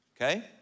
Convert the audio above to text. okay